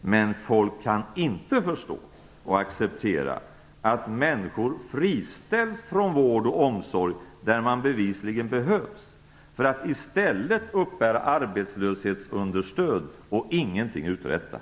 Men folk kan inte förstå och acceptera att människor friställs från sina arbeten inom vård och omsorg där de bevisligen behövs, för att i stället uppbära arbetslöshetsunderstöd och ingenting uträtta.